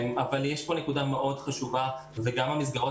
אבל יש פה נקודה מאוד חשובה שגם המסגרות